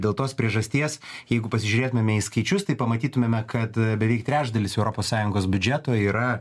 dėl tos priežasties jeigu pasižiūrėtumėme į skaičius tai pamatytumėme kad beveik trečdalis europos sąjungos biudžeto yra